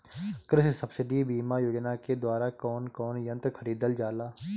कृषि सब्सिडी बीमा योजना के द्वारा कौन कौन यंत्र खरीदल जाला?